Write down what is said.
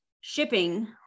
shipping